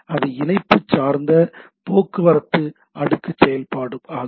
அது இணைப்பு சார்ந்த போக்குவரத்து அடுக்கு செயல்பாடு ஆகும்